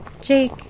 Jake